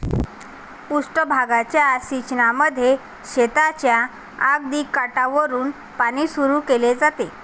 पृष्ठ भागाच्या सिंचनामध्ये शेताच्या अगदी काठावरुन पाणी सुरू केले जाते